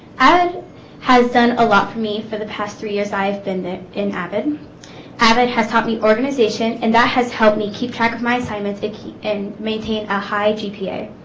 avid has done a lot for me for the past three years ive been in avid avid has taught me organization and that has helped me keep track of my assignments a key and maintain a high gpa